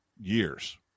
years